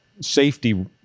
safety